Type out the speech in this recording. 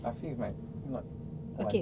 affif might not want